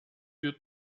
wir